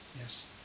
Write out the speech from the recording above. Yes